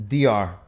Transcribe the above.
DR